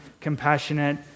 compassionate